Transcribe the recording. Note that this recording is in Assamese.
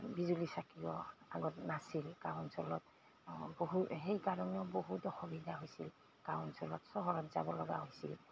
বিজুলী চাকিৰো আগত নাছিল গাঁও অঞ্চলত বহু সেই কাৰণেও বহুত অসুবিধা হৈছিল গাঁও অঞ্চলত চহৰত যাব লগা হৈছিল